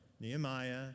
Nehemiah